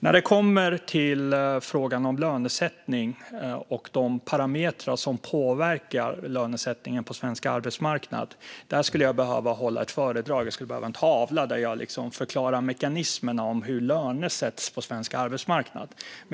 När det gäller frågan om lönesättning och de parametrar som påverkar lönesättningen på svensk arbetsmarknad skulle jag behöva hålla ett föredrag. Jag skulle behöva en tavla där jag förklarar mekanismerna för hur löner sätts på svensk arbetsmarknad.